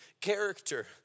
character